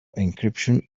encryption